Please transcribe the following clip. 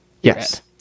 Yes